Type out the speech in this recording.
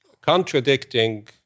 Contradicting